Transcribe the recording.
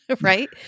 Right